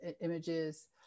images